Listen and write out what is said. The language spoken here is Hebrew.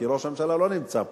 כי ראש הממשלה לא נמצא פה.